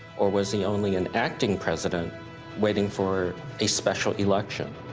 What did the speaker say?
or was he only an acting president waiting for a special election?